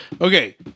Okay